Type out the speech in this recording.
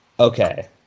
Okay